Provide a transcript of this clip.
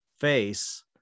face